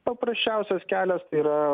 paprasčiausias kelias tai yra